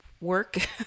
work